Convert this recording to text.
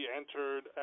entered